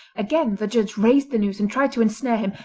again the judge raised the noose and tried to ensnare him,